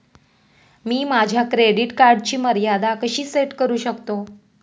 मी माझ्या क्रेडिट कार्डची मर्यादा कशी सेट करू शकतो?